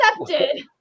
accepted